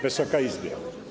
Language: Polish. Wysoka Izbo!